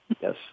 Yes